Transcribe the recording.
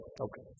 Okay